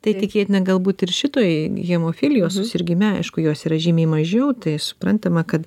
tai tikėtina galbūt ir šitoj hemofilijos susirgime aišku jos yra žymiai mažiau tai suprantama kad